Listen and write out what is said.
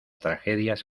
tragedias